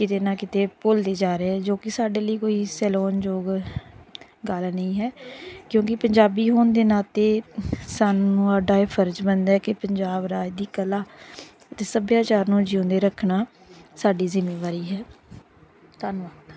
ਕਿਤੇ ਨਾ ਕਿਤੇ ਭੁੱਲਦੇ ਜਾ ਰਹੇ ਹੈ ਜੋ ਕਿ ਸਾਡੇ ਲਈ ਕੋਈ ਸਲਾਹੁਣਯੋਗ ਗੱਲ ਨਹੀਂ ਹੈ ਕਿਉਂਕਿ ਪੰਜਾਬੀ ਹੋਣ ਦੇ ਨਾਤੇ ਸਾਨੂੰ ਸਾਡਾ ਇਹ ਫਰਜ਼ ਬਣਦਾ ਕਿ ਪੰਜਾਬ ਰਾਜ ਦੀ ਕਲਾ ਅਤੇ ਸੱਭਿਆਚਾਰ ਨੂੰ ਜਿਉਂਦੇ ਰੱਖਣਾ ਸਾਡੀ ਜ਼ਿੰਮੇਵਾਰੀ ਹੈ ਧੰਨਵਾਦ